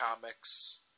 comics